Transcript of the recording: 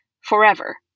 forever